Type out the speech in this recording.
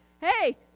Hey